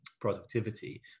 productivity